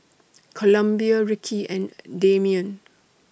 Columbia Rickie and Dameon